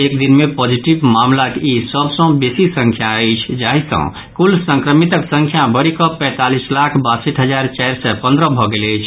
एक दिन मे पॉजिटिव मामिलाक ई सभ सँ बेसी संख्या अछि जाहि सँ कुल संक्रमितक संख्या बढ़ि कऽ पैंतालीस लाख बासठि हजार चारि सय पन्द्रह भऽ गेल अछि